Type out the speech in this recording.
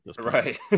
Right